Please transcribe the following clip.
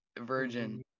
virgin